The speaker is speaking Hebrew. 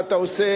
מה אתה עושה?